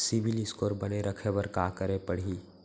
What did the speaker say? CIBIL score बने रखे बर का करे पड़ही?